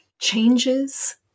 changes